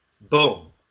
Boom